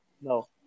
no